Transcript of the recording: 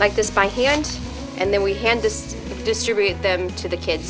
like this by hand and then we hand this to distribute them to the kids